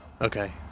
Okay